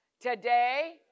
today